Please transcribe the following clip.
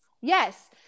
Yes